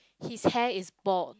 his hair is bald